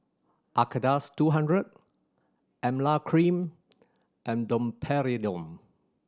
Acardust two hundred Emla Cream and Domperidone